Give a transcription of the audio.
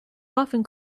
often